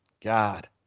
God